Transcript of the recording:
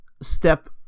step